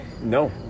No